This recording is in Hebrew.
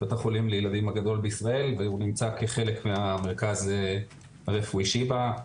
בית החולים לילדים הגדול בישראל והוא נמצא כחלק מהמרכז הרפואי שיבא.